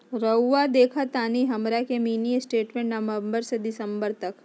रहुआ देखतानी हमरा के मिनी स्टेटमेंट नवंबर से दिसंबर तक?